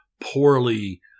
poorly